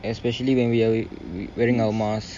especially when we are wearing our masks